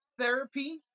therapy